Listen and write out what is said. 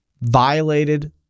Violated